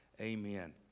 amen